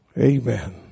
Amen